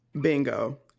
bingo